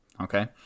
Okay